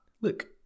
look